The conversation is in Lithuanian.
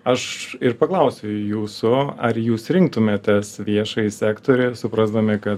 aš ir paklausiau jūsų ar jūs rinktumėtės viešąjį sektorių suprasdami kad